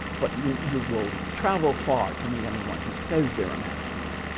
but you you will travel far to meet anyone who says they're a manichean.